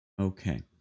Okay